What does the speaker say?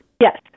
Yes